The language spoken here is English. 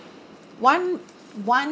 one one